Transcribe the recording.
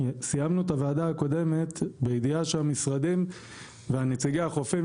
סיימנו את הוועדה הקודמת בידיעה שהמשרדים ונציגי החופים,